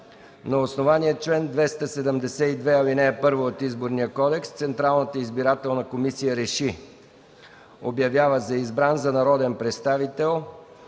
„На основание чл. 272, ал. 1 от Изборния кодекс Централната избирателна комисия РЕШИ: Обявява за избран за народен представител